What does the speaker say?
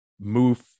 move